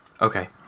Okay